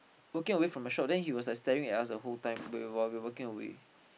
walking away from a shop then he was staring at us the whole time while we were walking away